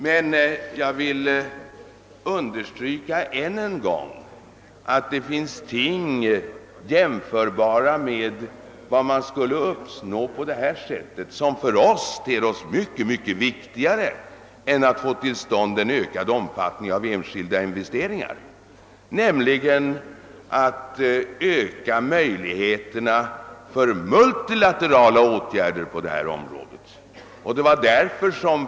Men jag vill än en gång understryka att det, jämfört med vad man skulle åstadkomma genom ökad omfattning av enskilda investeringar, ter sig väsentligt mycket viktigare att öka möjligheterna för multilaterala åtgärder på detta område.